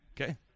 Okay